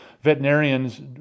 Veterinarians